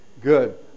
Good